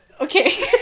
Okay